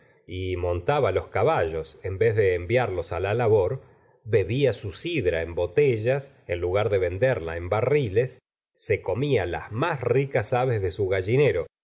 y montaba los caballos en vez de enviarlos la labor bebía su sidra en botellas en lugar de venderla en barriles se comía las más ricas aves de su gallinero